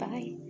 Bye